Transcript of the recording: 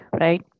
right